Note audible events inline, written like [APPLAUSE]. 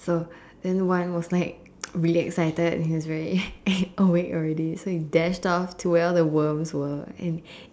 so then one was like really excited he was very [LAUGHS] awake already so he dashed off to where the worms were and